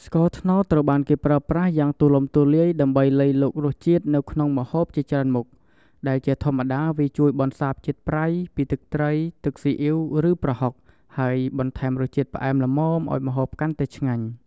ស្ករត្នោតត្រូវបានគេប្រើប្រាស់យ៉ាងទូលំទូលាយដើម្បីលៃលករសជាតិនៅក្នុងម្ហូបជាច្រើនមុខ ដែលជាធម្មតាវាជួយ បន្សាបជាតិប្រៃ ពីទឹកត្រី ទឹកស៊ីអ៉ីវ ឬប្រហុក ហើយបន្ថែមរសជាតិផ្អែមល្មមឱ្យម្ហូបកាន់តែឆ្ងាញ់។